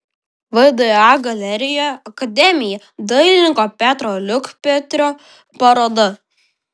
vda galerijoje akademija dailininko petro liukpetrio paroda